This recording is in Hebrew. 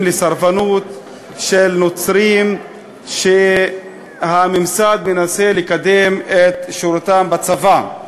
לסרבנות של נוצרים שהממסד מנסה לקדם את שירותם בצבא.